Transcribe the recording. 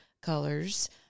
colors